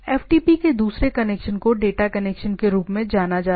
FTP के दूसरे connection को डेटा कनेक्शन के रूप में जाना जाता है